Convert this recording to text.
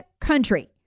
country